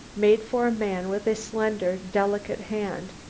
made for a man with a slender, delicate hand,